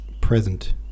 present